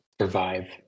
survive